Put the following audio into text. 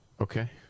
Okay